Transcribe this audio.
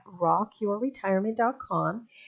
rockyourretirement.com